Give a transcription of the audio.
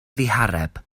ddihareb